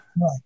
Right